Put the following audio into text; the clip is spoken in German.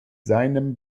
seinem